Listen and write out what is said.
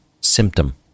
symptom